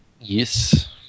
Yes